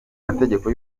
mategeko